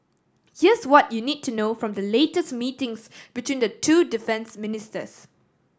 here's what you need to know from the latest meetings between the two defence ministers